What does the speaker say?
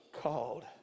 Called